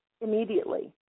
Immediately